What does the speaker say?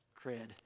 cred